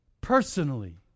personally